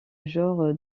genre